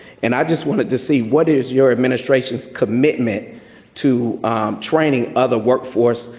and i just wanted to see what is your administration's commitment to training other workforce,